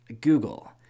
Google